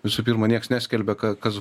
visų pirma niekas neskelbia kas